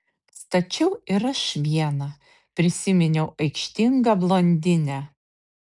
stačiau ir aš vieną prisiminiau aikštingą blondinę